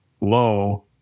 low